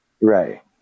Right